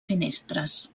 finestres